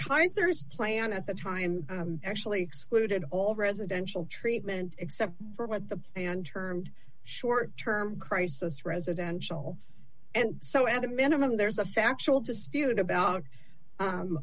kinds there is plan at the time actually excluded all residential treatment except for what the and termed short term crisis residential and so at a minimum there's a factual dispute about